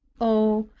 oh,